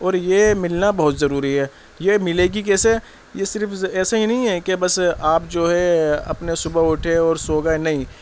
اور یہ ملنا بہت ضروری ہے یہ ملے گی کیسے یہ صرف ایسے ہی نہیں ہے کہ بس آپ جو ہے اپنے صبح اٹھے اور سو گئے نہیں